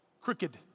Crooked